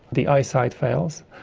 the eyesight fails,